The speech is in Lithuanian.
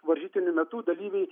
varžytinių metu dalyviai